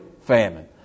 famine